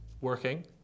working